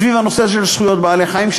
סביב הנושא של זכויות בעלי-חיים,